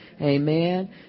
Amen